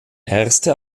erste